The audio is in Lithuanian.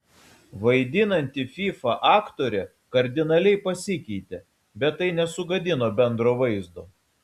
vaidinanti fyfą aktorė kardinaliai pasikeitė bet tai nesugadino bendro vaizdo